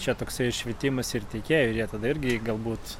čia toks švietimas ir tiekėjų ir jie tada irgi galbūt